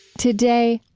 today,